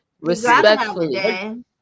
Respectfully